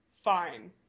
fine